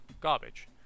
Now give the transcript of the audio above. garbage